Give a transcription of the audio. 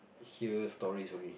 hear stories only